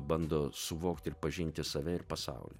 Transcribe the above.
bando suvokt ir pažint save ir pasaulį